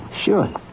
Sure